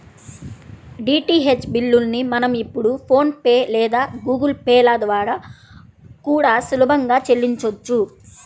DTH బిల్లుల్ని మనం ఇప్పుడు ఫోన్ పే లేదా గుగుల్ పే ల ద్వారా కూడా సులభంగా చెల్లించొచ్చు